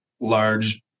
large